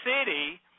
city